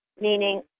meaning